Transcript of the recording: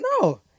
no